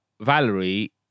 Valerie